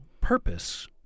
purpose